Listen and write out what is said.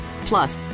Plus